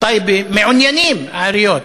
וטייבה מעוניינים, העיריות,